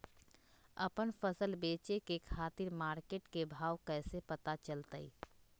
आपन फसल बेचे के खातिर मार्केट के भाव कैसे पता चलतय?